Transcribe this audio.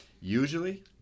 usually